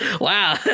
Wow